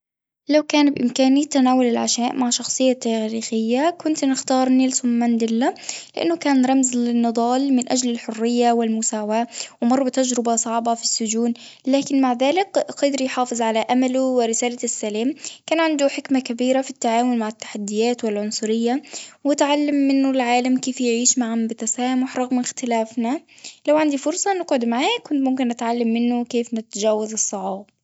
لو كان بإمكاني تناول العشاء مع شخصية تاريخية كنت نختار نيلسون مانديلا لإنه كان رمز للنضال من أجل الحرية والمساواة، ومر بتجربة صعبة في السجون، لكن مع ذلك قدر يحافظ على أمله ورسالة السلام كان عنده حكمة كبيرة في التعامل مع التحديات والعنصرية واتعلم منه العالم كيف يعيش معًا بتسامح رغم اختلافنا، لو عندي فرصة نقعد معاه كنت ممكن نتعلم منه كيف نتجاوز الصعاب.